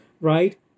right